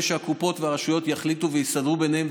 שהקופות והרשויות יחליטו ויסדרו ביניהם.